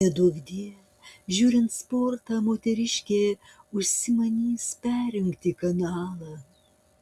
neduokdie žiūrint sportą moteriškė užsimanys perjungti kanalą